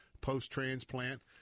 post-transplant